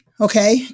okay